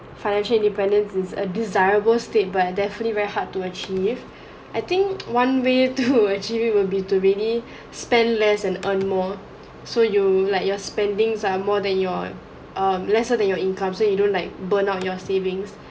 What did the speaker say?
financial independence is a desirable state but definitely very hard to achieve I think one way to achieve it will be to really spend less and earn more so you like your spendings are more than your um lesser than your income so you don't like burn out your savings